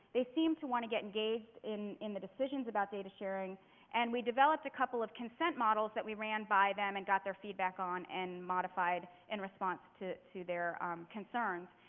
they seemed to want to get engaged in in the decisions about data sharing and we developed a couple of consent models that we ran by them and got their feedback on and modified in response to to their concerns.